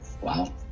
Wow